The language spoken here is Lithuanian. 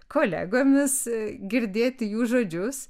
kolegomis girdėti jų žodžius